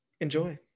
enjoy